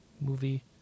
movie